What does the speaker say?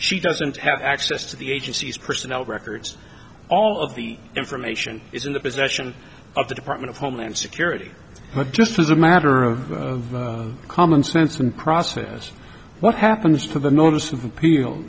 she doesn't have access to the agency's personnel records all of the information is in the possession of the department of homeland security but just as a matter of common sense in process what happens to the notice of appeal